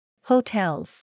hotels